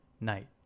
night